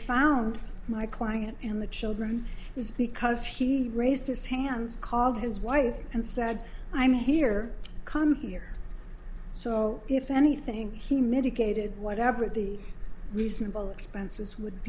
found my client in the children is because he raised his hands called his wife and said i'm here come here so if anything he medicated whatever the reasonable expenses would